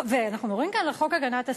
ואנחנו מדברים כאן על חוק הגנת השכר.